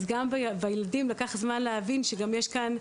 אז גם בילדים לקח זמן להבין שגם יש כאן,